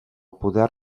poder